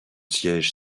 siège